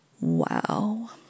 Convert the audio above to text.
Wow